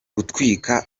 gutwika